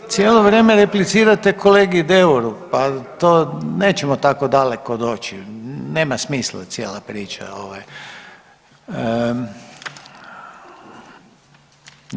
Cijelo vrijeme replicirate kolegi Deuru, pa to nećemo tako daleko doći, nema smisla cijela priča ovaj.